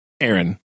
Aaron